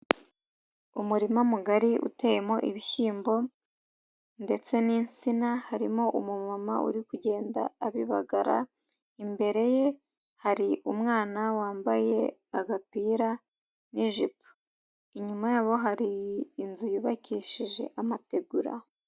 Umurima mugari uteyemo ibishyimbo ndetse n'insina, harimo umumama uri kugenda abibagara, imbere ye hari umwana wambaye agapira n'ijipo. Inyuma yabo hari inzu yubakishije amategura.